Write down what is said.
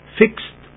fixed